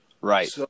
Right